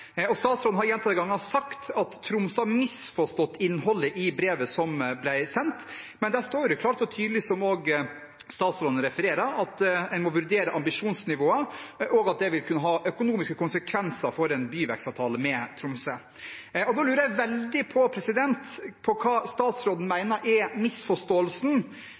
Statsråden har gjentatte ganger sagt at Tromsø har misforstått innholdet i brevet som ble sendt, men det står jo klart og tydelig – som også statsråden har referert – at en må vurdere ambisjonsnivået, og at det vil kunne ha økonomiske konsekvenser for en byvekstavtale med Tromsø. Da lurer jeg veldig på hva statsråden mener er misforståelsen,